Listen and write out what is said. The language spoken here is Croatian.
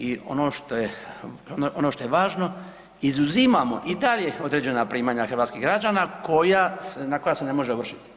I ono što je važno izuzimamo i dalje određena primanja hrvatskih građana na koja se ne može ovršiti.